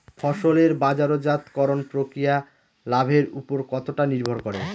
ফসলের বাজারজাত করণ প্রক্রিয়া লাভের উপর কতটা নির্ভর করে?